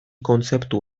kontzeptu